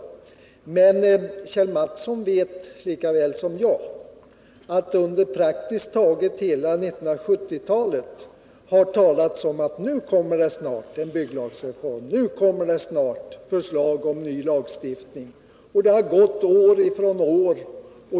Men Kjell Mattsson vet lika väl som jag att det under praktiskt taget hela 1970-talet har talats om att det snart skulle komma förslag om en ny lagstiftning. Och sedan har det gått år efter år.